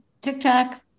TikTok